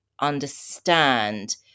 understand